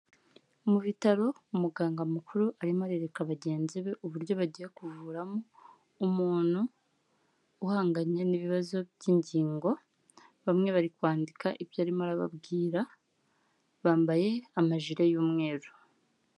Mu bitaro umuganga mukuru arimo arereka bagenzi be uburyo bagiye kuvuramo umuntu uhanganye n'ibibazo by'ingingo, bamwe bari kwandika ibyo arimo arababwira, bambaye amajire y'umweru.